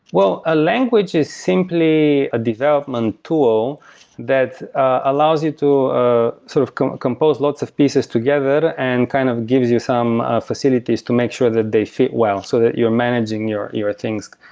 well, a language is simply a development tool that allows you to ah sort of compose lots of pieces together and kind of gives you some facilities to make sure that they fit well so that you're managing your your things.